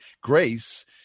Grace